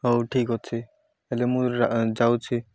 ହଉ ଠିକ୍ ଅଛି ହେଲେ ମୁଁ ଯାଉଛି